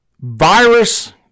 virus